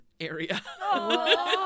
area